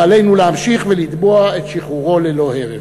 ועלינו להמשיך לתבוע את שחרורו ללא הרף.